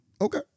Okay